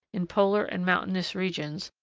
in polar and mountainous regions,